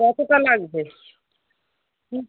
কতোটা লাগবে কী